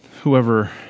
Whoever